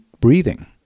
breathing